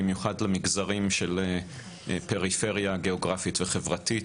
במיוחד למגזרים של פריפריה הגאוגרפית וחברתית,